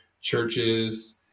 churches